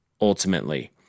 ultimately